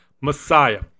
Messiah